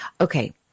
Okay